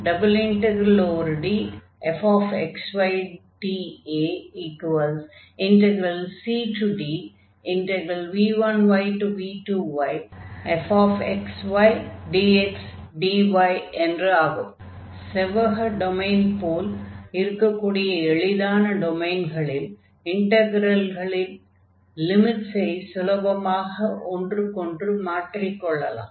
∬DfxydAcdv1v2fxydxdy செவ்வக டொமைன் போல் இருக்கக் கூடிய எளிதான டொமைன்களில் இன்டக்ரல்களின் லிமிட்ஸை சுலபமாக ஒன்றுக்கு ஒன்று மாற்றிக் கொள்ளலாம்